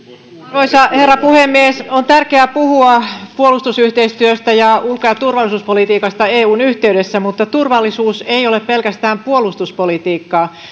arvoisa herra puhemies on tärkeää puhua puolustusyhteistyöstä ja ulko ja turvallisuuspolitiikasta eun yhteydessä mutta turvallisuus ei ole pelkästään puolustuspolitiikkaa